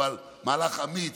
מהלך אמיץ,